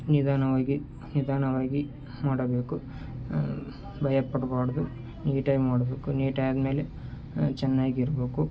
ನಿಧಾನವಾಗಿ ನಿಧಾನವಾಗಿ ಮಾಡಬೇಕು ಭಯ ಪಡಬಾರ್ದು ನೀಟಾಗಿ ಮಾಡಬೇಕು ನೀಟಾಗ್ ಆದಮೇಲೆ ಚೆನ್ನಾಗಿ ಇರಬೇಕು